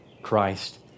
Christ